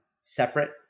separate